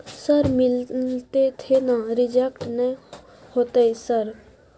Sir मिलते थे ना रिजेक्ट नय होतय सर?